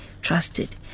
trusted